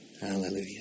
Hallelujah